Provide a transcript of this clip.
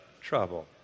trouble